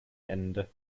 ende